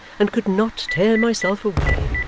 and could not tear myself away,